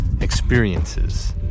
experiences